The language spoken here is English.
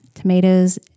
Tomatoes